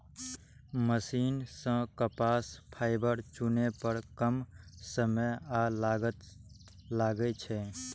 machine सं कपास fibre चुनै पर कम समय आ लागत लागै छै